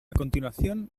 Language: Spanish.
continuación